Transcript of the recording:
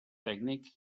tècnic